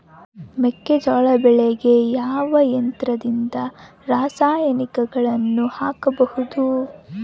ಮೆಕ್ಕೆಜೋಳ ಬೆಳೆಗೆ ಯಾವ ಯಂತ್ರದಿಂದ ರಾಸಾಯನಿಕಗಳನ್ನು ಹಾಕಬಹುದು?